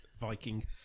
Viking